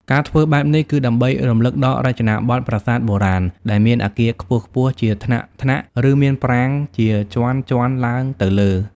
ការធ្វើបែបនេះ គឺដើម្បីរំលឹកដល់រចនាប័ទ្មប្រាសាទបុរាណ ដែលមានអគារខ្ពស់ៗជាថ្នាក់ៗ ឬមានប្រាង្គជាជាន់ៗឡើងទៅលើ។